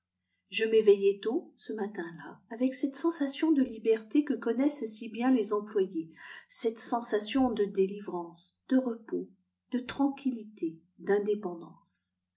je m'éveillai tôt ce matin-là avec cette sensation de liberté que connaissent si bien les employés cette sensation de délivrance de repos de tranquillité d'indépendance